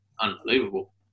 unbelievable